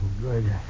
Good